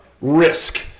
risk